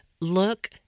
look